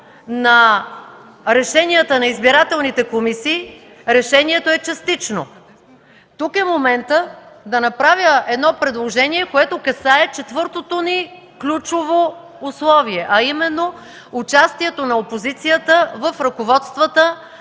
решенията на избирателните комисии – решението е частично. Тук е моментът да направя едно предложение, което касае четвъртото ни ключово условие, а именно участието на опозицията в ръководствата